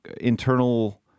internal